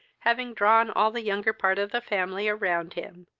having drawn all the younger part of the family around him,